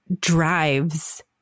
drives